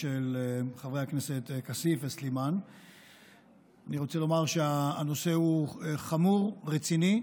אני רוצה לומר שהנושא הוא חמור ורציני,